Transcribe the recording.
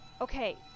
Okay